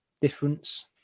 difference